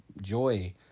joy